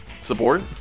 support